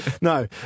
No